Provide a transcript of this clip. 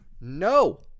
No